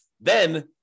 then-